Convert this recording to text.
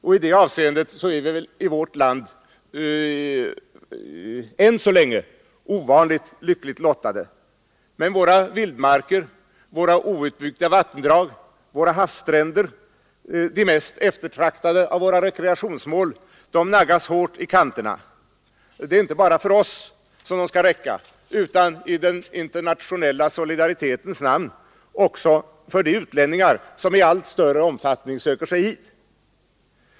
I det avseendet är vi i vårt land än så länge ovanligt lyckligt lottade. Men våra vildmarker, våra outbyggda vattendrag och våra havsstränder — de mest eftertraktade av våra rekreationsmål — naggas hårt i kanterna. Det är inte bara för oss som de skall räcka, utan i den internationella solidaritetens namn också för de utlänningar som i allt större omfattning söker sig hit.